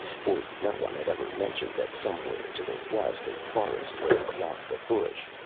for no one had ever mentioned that somewhere to the west a forest lay beyond the bush.